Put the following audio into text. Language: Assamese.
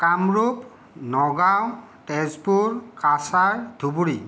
কামৰূপ নগাঁও তেজপুৰ কাছাৰ ধুবুৰী